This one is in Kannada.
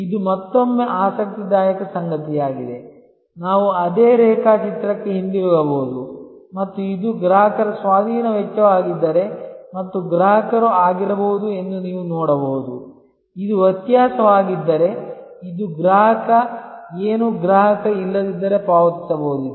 ಇದು ಮತ್ತೊಮ್ಮೆ ಆಸಕ್ತಿದಾಯಕ ಸಂಗತಿಯಾಗಿದೆ ನಾವು ಅದೇ ರೇಖಾಚಿತ್ರಕ್ಕೆ ಹಿಂತಿರುಗಬಹುದು ಮತ್ತು ಇದು ಗ್ರಾಹಕರ ಸ್ವಾಧೀನ ವೆಚ್ಚವಾಗಿದ್ದರೆ ಮತ್ತು ಗ್ರಾಹಕರು ಆಗಿರಬಹುದು ಎಂದು ನೀವು ನೋಡಬಹುದು ಇದು ವ್ಯತ್ಯಾಸವಾಗಿದ್ದರೆ ಇದು ಗ್ರಾಹಕ ಏನು ಗ್ರಾಹಕ ಇಲ್ಲದಿದ್ದರೆ ಪಾವತಿಸಬಹುದಿತ್ತು